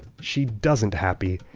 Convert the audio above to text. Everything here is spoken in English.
she doesn't happy.